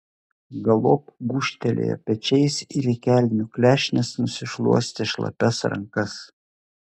galop gūžtelėjo pečiais ir į kelnių klešnes nusišluostė šlapias rankas